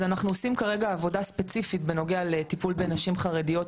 אז אנחנו עושים כרגע עבודה ספציפית בנוגע לטיפול בנשים חרדיות,